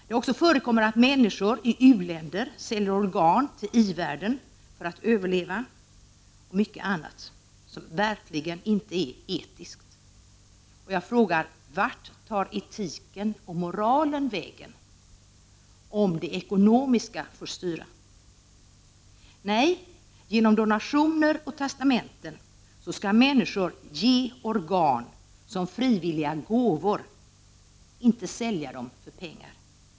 Det har också förekommit att människor i u-länder säljer organ till i-världen för att överleva, samt mycket annat som verkligen inte är etiskt. Jag frågar: Vart tar etiken och moralen vägen om det ekonomiska får styra? Genom donationer och testamenten skall människor ge organ som frivilliga gåvor, inte sälja dem för pengar.